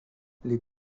les